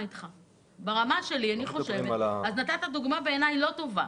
ברמה שלי אני חושבת שהדוגמה לא טובה.